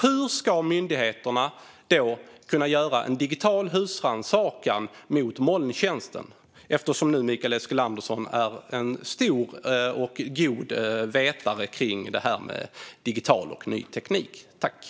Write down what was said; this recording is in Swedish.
Hur, Mikael Eskilandersson, som är en stor och god vetare av ny digital teknik, ska myndigheterna kunna göra en digital husrannsakan mot molntjänsten?